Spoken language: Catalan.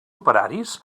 operaris